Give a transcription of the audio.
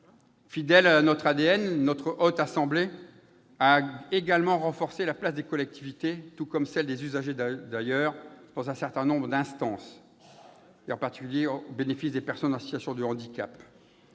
Fidèle à son ADN, la Haute Assemblée a également renforcé la place des collectivités, tout comme celle des usagers, dans un certain nombre d'instances, y compris au bénéfice des personnes en situation de handicap.